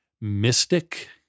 mystic